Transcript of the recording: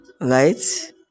right